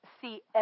see